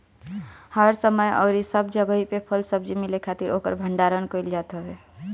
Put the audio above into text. हर समय अउरी सब जगही पे फल सब्जी मिले खातिर ओकर भण्डारण कईल जात हवे